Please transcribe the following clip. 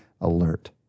alert